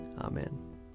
Amen